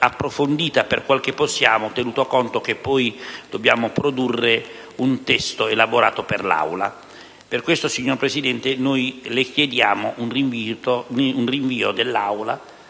approfondita, per quel che possiamo, tenuto conto che poi dobbiamo produrre un testo elaborato per l'Aula. Per questo motivo, signor Presidente, le chiediamo un rinvio dei